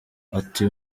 ati